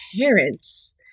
parents